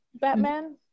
batman